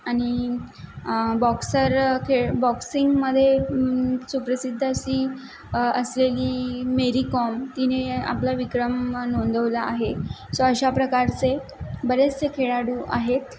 आनि बॉक्सर खेळ बॉक्सिंगमधे सुप्रसिद्ध अशी असलेली मेरीकॉम तिने आपला विक्रम नोंदवला आहे सो अशा प्रकारचे बरेचसे खेळाडू आहेत